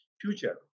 future